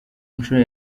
nshuro